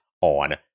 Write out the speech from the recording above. on